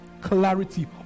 clarity